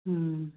ꯎꯝ